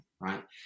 right